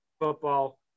football